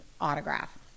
autograph